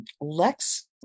Lex